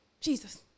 Jesus